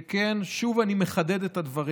שכן, שוב, אני מחדד את הדברים,